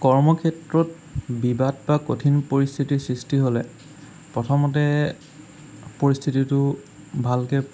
কৰ্মক্ষেত্ৰত বিবাদ বা কঠিন পৰিস্থিতিৰ সৃষ্টি হ'লে প্ৰথমতে পৰিস্থিতিটো ভালকৈ